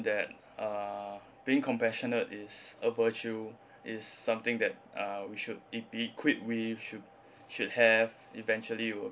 that uh being compassionate is a virtue is something that uh we should it be equipped with should should have eventually you will